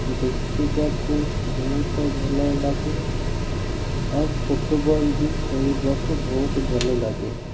ଦେଖିବାକୁ ବହୁତ ଭଲ ଲାଗେ ଆଉ ଫୁଟବଲ୍ ବି ଖେଳିବାକୁ ବହୁତ ଭଲ ଲାଗେ